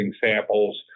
samples